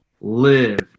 Live